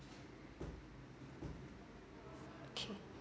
okay